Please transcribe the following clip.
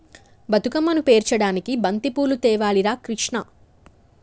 బతుకమ్మను పేర్చడానికి బంతిపూలు తేవాలి రా కిష్ణ